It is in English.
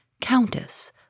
Countess